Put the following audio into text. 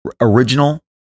Original